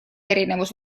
erinevus